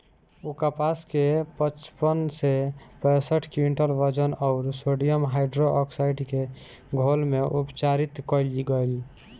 उ कपास के पचपन से पैसठ क्विंटल वजन अउर सोडियम हाइड्रोऑक्साइड के घोल में उपचारित कइल गइल